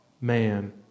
man